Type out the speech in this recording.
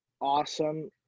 awesome